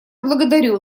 благодарю